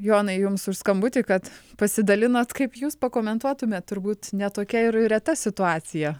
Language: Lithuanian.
jonai jums už skambutį kad pasidalinot kaip jūs pakomentuotumėt turbūt ne tokia ir reta situacija